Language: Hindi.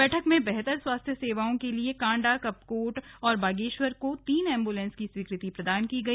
बैठक में बेहतर स्वास्थ्य सेवाओं के लिए कांडा कपकोट और बागेश्वर को तीन एंबुलेंसों की स्वीकृति प्रदान की गई